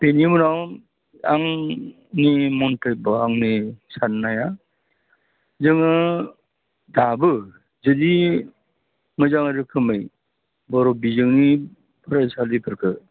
बेनि उनाव आंनि मन्तयब' बा आंनि साननाया जोङो दाबो जुदि मोजां रोखोमै बर' बिजोंनि फरायसालिफोरखौ